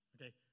okay